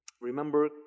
Remember